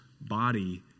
body